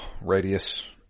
radius